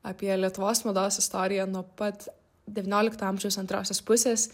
apie lietuvos mados istoriją nuo pat devyniolikto amžiaus antrosios pusės